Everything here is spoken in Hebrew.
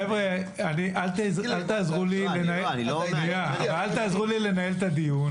חבר'ה, אל תעזרו לי לנהל את הדיון.